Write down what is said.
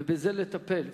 ובזה לטפל,